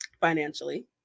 financially